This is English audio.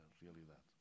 realidade